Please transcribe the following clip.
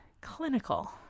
Clinical